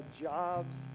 jobs